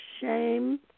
shame